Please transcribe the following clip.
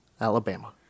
Alabama